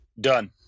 Done